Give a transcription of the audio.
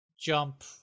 jump